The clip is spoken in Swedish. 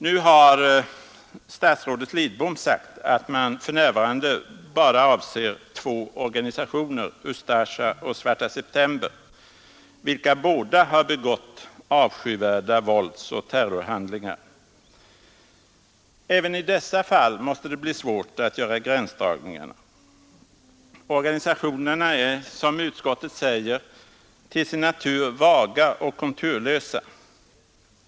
Nu har statsrådet Lidbom sagt att man för närvarande bara avser två organisationer, Ustasja och Svarta september, vilka båda har begått avskyvärda våldsoch terrorhandlingar. Även i dessa fall måste det bli svårt att göra gränsdragningarna — organisationerna är, som utskottet säger, ”till sin natur vaga och konturlösa”.